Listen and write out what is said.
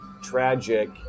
tragic